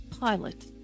pilot